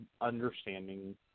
understanding